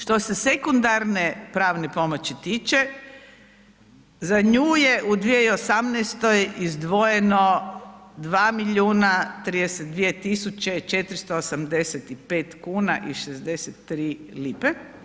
Što se sekundarne pravne pomoći tiče za nju je u 2018. izdvojeno 2 milijuna 32 tisuće 485 kuna i 63 lipe.